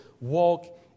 walk